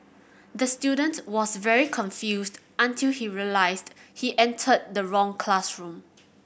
the student was very confused until he realised he entered the wrong classroom